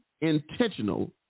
intentional